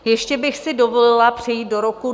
Ještě bych si dovolila přejít do roku 2010.